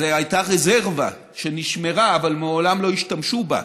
זו הייתה רזרבה שנשמרה, אבל מעולם לא השתמשו בה,